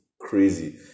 crazy